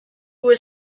were